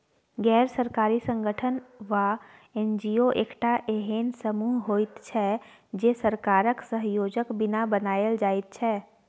गैर सरकारी संगठन वा एन.जी.ओ एकटा एहेन समूह होइत छै जे सरकारक सहयोगक बिना बनायल जाइत छै